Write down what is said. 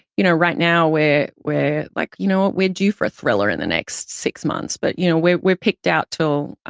you know, right now we're like, you know what? we're due for a thriller in the next six months. but you know, we're we're picked out till,